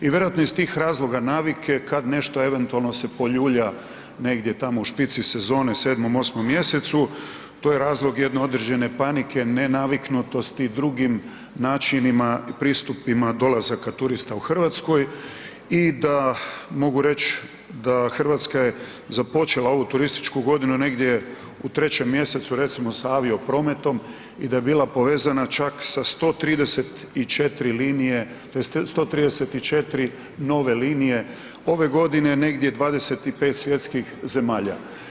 I vjerojatno iz tih razloga navike kada nešto eventualno se poljulja negdje tamo u špici sezone 7., 8. mjesecu, to je razlog jedne određene panike, nenaviknutosti drugim načinima pristupima dolazaka turista u Hrvatskoj i da mogu reći da Hrvatska je započela ovu turističku godinu negdje u 3. mjesecu, recimo sa avio prometom i da je bila povezana čak sa 134 linije, tj. 134 nove linije ove godine, negdje 25 svjetskih zemalja.